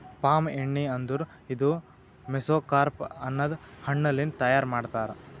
palm ಎಣ್ಣಿ ಅಂದುರ್ ಇದು ಮೆಸೊಕಾರ್ಪ್ ಅನದ್ ಹಣ್ಣ ಲಿಂತ್ ತೈಯಾರ್ ಮಾಡ್ತಾರ್